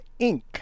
Inc